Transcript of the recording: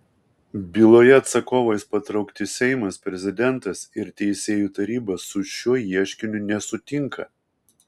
byloje atsakovais patraukti seimas prezidentas ir teisėjų taryba su šiuo ieškiniu nesutinka